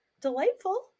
delightful